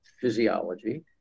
physiology